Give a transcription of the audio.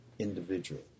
individual